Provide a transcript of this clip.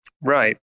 right